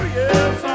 yes